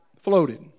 floated